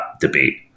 debate